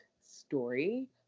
story